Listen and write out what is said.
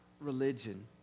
religion